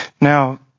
now